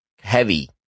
heavy